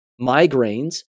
migraines